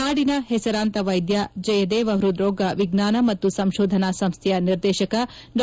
ನಾಡಿನ ಹೆಸರಾಂತ ವೈದ್ಯ ಜಯದೇವ ಪ್ಪದ್ರೋಗ ವಿಜ್ವಾನ ಮತ್ತು ಸಂಕೋಧನಾ ಸಂಸ್ವೆಯ ನಿರ್ದೇತಕ ಡಾ